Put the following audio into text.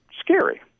scary